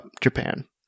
Japan